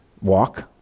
Walk